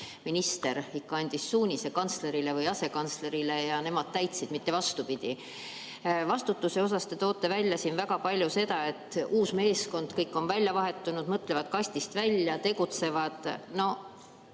minister andis suunise kantslerile või asekantslerile ja nemad täitsid, mitte vastupidi. Vastutuse osas te toote välja väga palju seda, et on uus meeskond, kõik on välja vahetatud, mõtlevad kastist välja, tegutsevad.